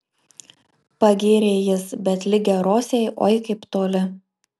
pagyrė jis bet lig geros jai oi kaip toli